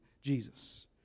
Jesus